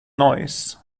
noise